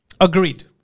Agreed